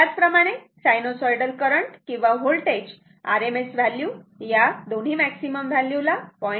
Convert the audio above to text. त्याचप्रमाणे sinusoidal current किंवा voltage RMS value या दोन्ही मॅक्सिमम व्हॅल्यू ला 0